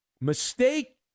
mistake